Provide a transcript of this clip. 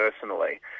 personally